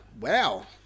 Wow